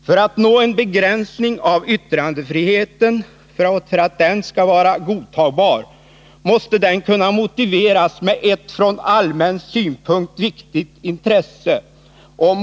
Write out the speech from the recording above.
För att en begränsning i yttrandefriheten skall vara godtagbar måste den kunna motiveras med ett från allmän synpunkt viktigt intresse.